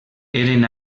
eren